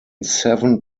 seven